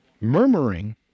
Murmuring